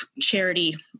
charity